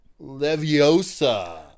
Leviosa